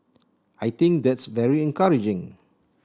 I think that's very encouraging